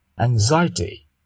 Anxiety